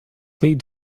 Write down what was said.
plead